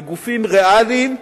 בגופים ריאליים,